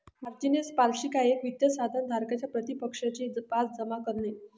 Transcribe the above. margin हे सांपार्श्विक आहे एक वित्त साधन धारकाच्या प्रतिपक्षाचे पास जमा करणे